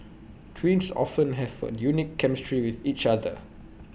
twins often have A unique chemistry with each other